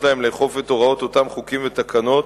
להם לאכוף את הוראות אותם חוקים ותקנות